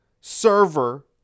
server